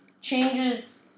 changes